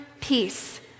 peace